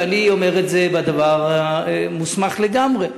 ואני אומר את זה, והדבר מוסמך לגמרי.